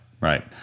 Right